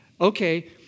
okay